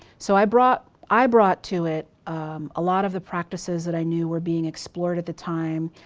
so i brought i brought to it a lot of the practices that i knew were being explored at the time.